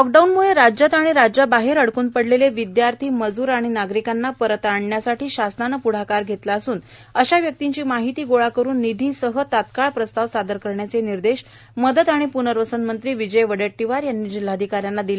लॉकडाऊनमुळे राज्यात व राज्याबाहेर अडकून पडलेले विद्यार्थी मजूर व नागरिकांना परत आणण्यासाठी शासनाने प्ढाकार घेतला असून अशा व्यक्तींची माहिती गोळा करून निधीसह तात्काळ प्रस्ताव सादर करण्याचे निर्देश मदत व प्नर्वसन मंत्री विजय वडेट्टीवार यांनी जिल्हाधिकाऱ्यांना दिले